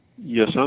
Yes